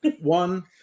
one